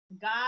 God